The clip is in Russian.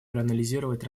проанализировать